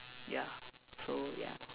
ya so ya